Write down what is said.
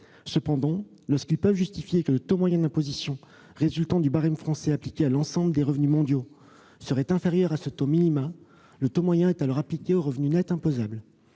Cependant, lorsqu'ils peuvent justifier que le taux moyen d'imposition résultant du barème français appliqué à l'ensemble des revenus mondiaux est inférieur à ce taux minimum, le taux moyen est alors appliqué au revenu net imposable.